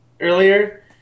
earlier